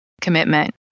commitment